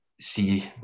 see